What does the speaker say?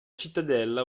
cittadella